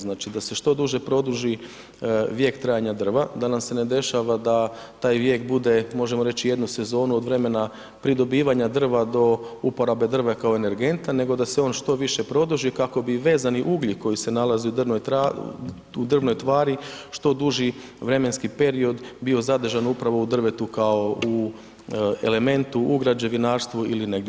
Znači da se što duže produži vijek trajanja drva, da nam se ne dešava da taj vijek bude možemo reći jednu sezonu od vremena pridobivanja drva do uporabe drva kao energenta, nego da se on što više produži kako bi vezani ugljik koji se nalazi u drvnoj tvari što duži vremenski period bio zadržan upravo u drvetu kao u elementu u građevinarstvu ili negdje